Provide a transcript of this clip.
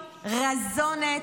רזונת,